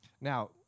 Now